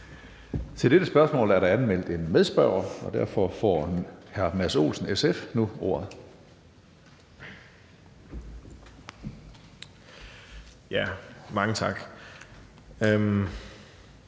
Til dette spørgsmål er der anmeldt en medspørger, og derfor får hr. Mads Olsen, SF, nu ordet. Kl. 15:02 Mads